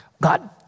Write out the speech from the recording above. God